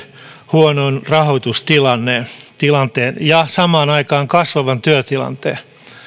huonon rahoitustilanteen ja samaan aikaan kasvavan työtilanteen